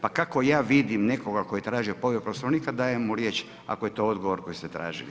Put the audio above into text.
Pa kako ja vidim nekoga tko je tražio povredu Poslovnika dajem mu riječ ako je to odgovor koji ste tražili.